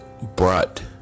brought